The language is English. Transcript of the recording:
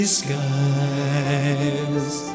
skies